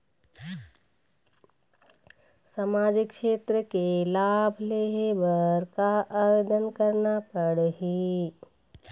सामाजिक क्षेत्र के लाभ लेहे बर का आवेदन करना पड़ही?